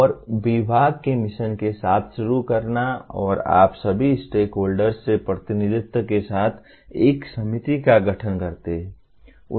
और विभाग के मिशन के साथ शुरू करना और आप सभी स्टेकहोल्डर्स से प्रतिनिधित्व के साथ एक समिति का गठन करते हैं